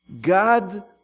God